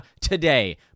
today